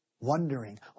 wondering